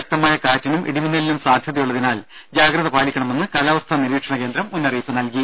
ശക്തമായ കാറ്റിനും ഇടിമിന്നലിനും സാധ്യതയുള്ളതിനാൽ ജാഗ്രത പാലിക്കണമെന്ന് കാലാവസ്ഥാ നിരീക്ഷണ കേന്ദ്രം മുന്നറിയിപ്പ് നൽകി